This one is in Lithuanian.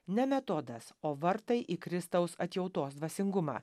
ne metodas o vartai į kristaus atjautos dvasingumą